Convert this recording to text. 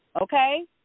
Okay